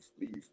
leave